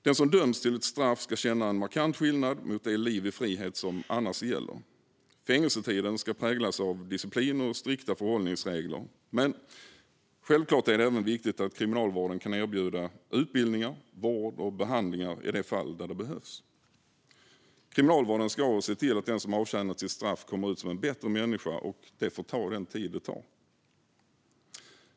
Den som döms till ett straff ska känna en markant skillnad mot det liv i frihet som annars gäller. Fängelsetiden ska präglas av disciplin och strikta förhållningsregler. Men självklart är det även viktigt att kriminalvården kan erbjuda utbildningar, vård och behandlingar i de fall det behövs. Kriminalvården ska se till att den som avtjänat sitt straff kommer ut som en bättre människa, och det får ta den tid det tar.